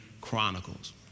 Chronicles